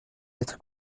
être